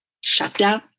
shutdown